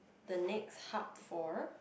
the next hub for